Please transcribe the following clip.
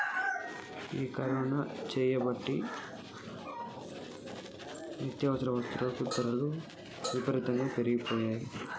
ఈ కరోనా సేయబట్టి నిత్యావసర వస్తుల ధరలు అమితంగా పెరిగిపోయాయి